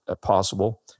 possible